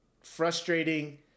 frustrating